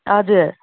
हजुर